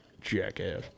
jackass